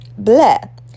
bleh